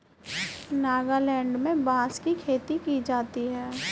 नागालैंड में बांस की खेती की जाती है